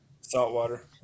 Saltwater